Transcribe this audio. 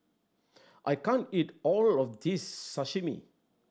I can't eat all of this Sashimi